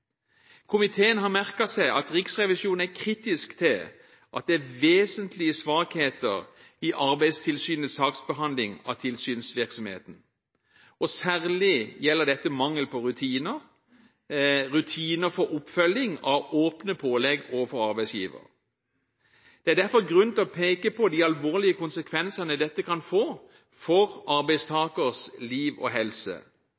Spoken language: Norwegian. Komiteen har merket seg at Riksrevisjonen er kritisk til at det er vesentlige svakheter i Arbeidstilsynets saksbehandling av tilsynsvirksomheten. Dette gjelder særlig mangel på rutiner for oppfølging av åpne pålegg overfor arbeidsgiver. Det er derfor grunn til å peke på de alvorlige konsekvensene dette kan få for